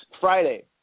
Friday